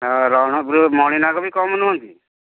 ହଁ ରଣପୁର ମଣିନାଗ ବି କମ ନୁହଁନ୍ତି